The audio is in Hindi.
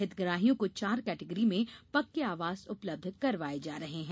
हितग्राहियों को चार केटेगरी में पक्के आवास उपलब्ध करवाये जा रहे हैं